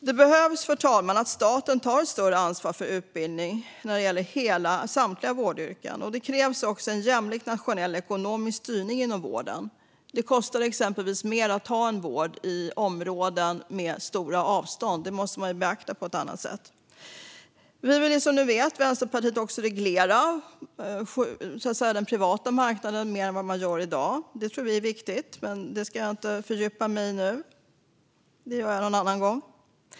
Det behövs att staten tar ett större ansvar för utbildning inom samtliga vårdyrken. Det krävs också en jämlik nationell ekonomisk styrning inom vården. Det kostar exempelvis mer att bedriva vård i områden med stora avstånd. Det måste man beakta på ett annat sätt. Vänsterpartiet vill också, som ni vet, reglera den privata marknaden mer än i dag. Detta tror vi är viktigt, men jag ska inte fördjupa mig i det nu. Det får jag göra en annan gång.